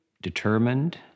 determined